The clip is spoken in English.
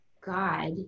god